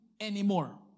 anymore